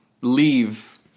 leave